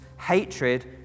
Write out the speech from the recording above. hatred